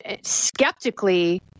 skeptically